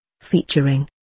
featuring